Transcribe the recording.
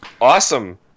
awesome